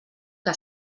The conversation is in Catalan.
que